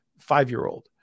five-year-old